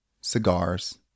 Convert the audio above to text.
cigars